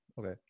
Okay